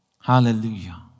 Hallelujah